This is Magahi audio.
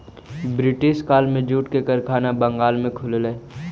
ब्रिटिश काल में जूट के कारखाना बंगाल में खुललई